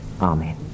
Amen